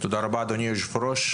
תודה רבה, אדוני היושב-ראש.